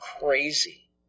crazy